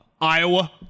Iowa